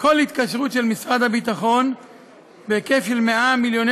כל התקשרות של משרד הביטחון בהיקף של 100 מיליוני